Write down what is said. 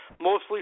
mostly